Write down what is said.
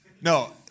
No